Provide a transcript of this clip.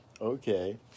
Okay